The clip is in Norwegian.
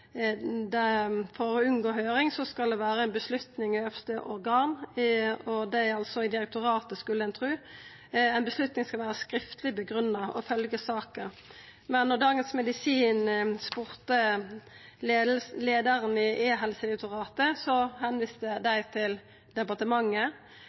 det vera ei avgjerd i øvste organ, og det er altså direktoratet, skulle ein tru. Ei avgjerd skal vera skriftleg grunngitt og følgja saka. Men da Dagens Medisin spurde leiaren i